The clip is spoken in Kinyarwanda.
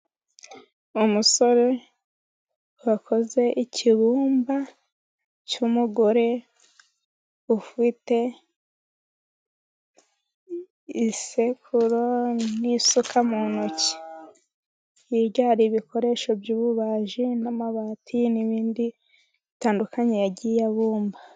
Umusore wakoze ikibumba cy'umugore ufite isekuru n'isuka mu ntoki. Hirya hari ibikoresho by'ububaji, n'amabati, n'ibindi bitandukanye yagiye abumba.